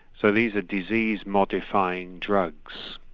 so these are disease modifying drugs.